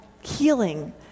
healing